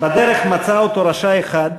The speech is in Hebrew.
בדרך מצא אותו רשע אחד.